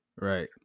Right